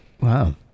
wow